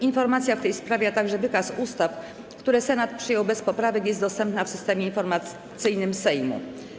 Informacja w tej sprawie, a także wykaz ustaw, które Senat przyjął bez poprawek, są dostępne w Systemie Informacyjnym Sejmu.